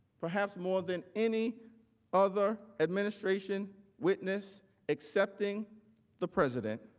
perhaps more than any other administration, witness accepting the president,